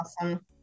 awesome